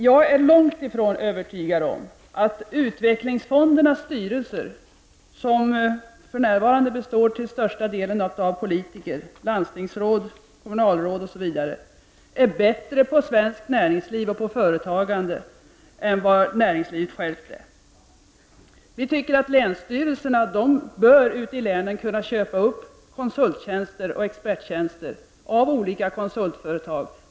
Jag är långt ifrån övertygad om att utvecklingsfondernas styrelser — som för närvarande till största delen består av politiker som landstingsråd, kommunalråd osv. — är bättre på svenskt näringsliv och på företagande än näringslivets eget folk. Vi tycker att länsstyrelserna av olika konsultföretag bör kunna köpa konsulttjänster och experttjänster ute i länen.